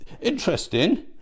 interesting